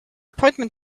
appointment